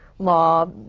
law,